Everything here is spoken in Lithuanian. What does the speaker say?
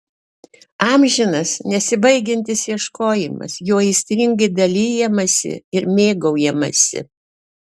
amžinas nesibaigiantis ieškojimas juo aistringai dalijamasi ir mėgaujamasi